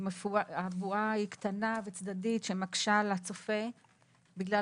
הבועה היא קטנה וצדדית שמקשה על הצופה בגלל